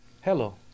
Hello